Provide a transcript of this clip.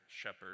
shepherd